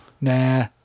nah